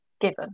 given